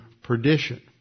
perdition